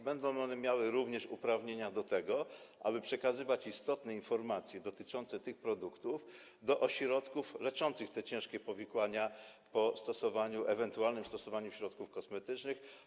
Będą one miały również uprawnienia do tego, aby przekazywać istotne informacje dotyczące tych produktów do ośrodków leczących ciężkie powikłania po ewentualnym stosowaniu środków kosmetycznych.